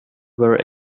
very